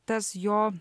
tas jo